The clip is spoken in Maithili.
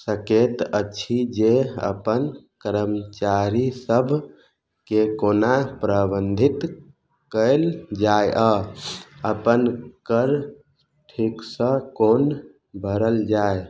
सकैत अछि जे अपन कर्मचारी सभके कोना प्रबन्धित कएल जाए आ अपन कर ठीकसँ कोन भरल जाए